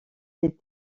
les